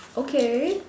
okay